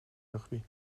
rugby